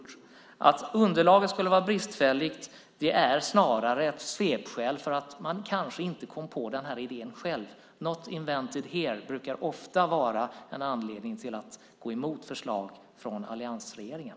Att säga att underlaget är bristfälligt är kanske snarare ett svepskäl för att man inte kom på idén själv. Not invented here brukar ofta vara en anledning till att gå emot förslag från alliansregeringen.